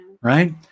Right